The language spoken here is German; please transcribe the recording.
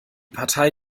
partei